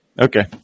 Okay